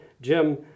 Jim